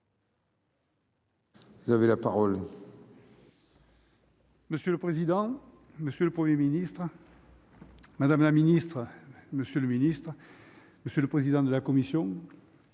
Vous avez la parole.